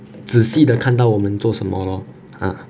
仔细地看到我们做什么 lor ah